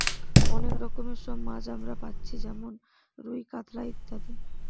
অনেক রকমের সব মাছ আমরা পাচ্ছি যেমন রুই, কাতলা ইত্যাদি